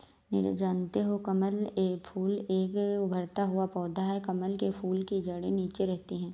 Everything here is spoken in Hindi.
नीरज जानते हो कमल फूल एक उभरता हुआ पौधा है कमल के फूल की जड़े नीचे रहती है